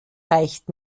reicht